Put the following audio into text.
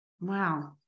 Wow